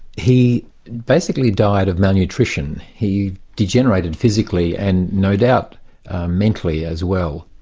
he basically died of malnutrition. he degenerated physically and no doubt mentally as well.